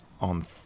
on